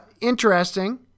interesting